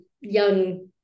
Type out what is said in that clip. young